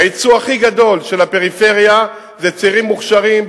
היצוא הכי גדול של הפריפריה זה צעירים מוכשרים,